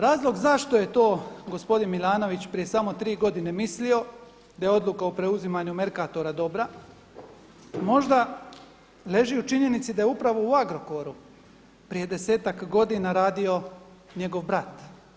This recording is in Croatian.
Razlog zašto je to gospodin Milanović prije samo tri godine mislio, da je odluka o preuzimanju Mercatora dobra možda leži u činjenici da je upravo u Agrokoru prije desetak godina radio njegov brat.